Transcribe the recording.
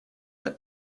that